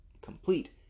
complete